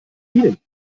bienen